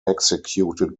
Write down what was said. executed